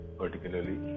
particularly